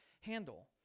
handle